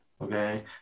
Okay